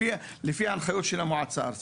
לפי ההנחיות של המועצה הארצית,